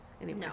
No